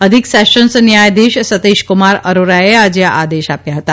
અધિક સેશન્સ ન્યાયાધીશ સતીશકુમાર અરોરાએ આજે આ આદેશ આપ્યા છે